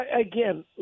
Again